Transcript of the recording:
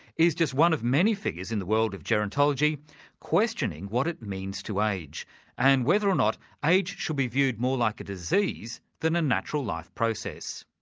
is just one of many figures in the world of gerontology questioning what it means to age and whether or not age should be viewed more like a disease than a natural life process.